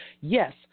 Yes